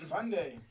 Sunday